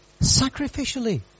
Sacrificially